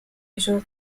usual